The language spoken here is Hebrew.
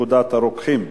בעד, 14, אין מתנגדים,